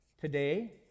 today